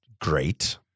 great